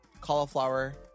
cauliflower